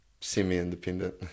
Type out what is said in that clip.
Semi-independent